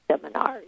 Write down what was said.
seminars